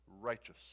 righteous